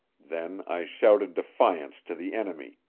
then i shouted defiance to the enemy.